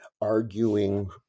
arguing